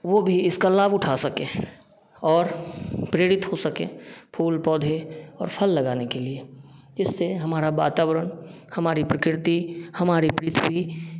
वो भी इसका लाभ उठा सकें और प्रेरित हो सके फूल पौधे और फल लगाने के लिए इससे हमारा वातावरण हमारी प्रकृति हमारी पृथ्वी